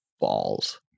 balls